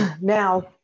Now